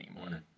anymore